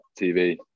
tv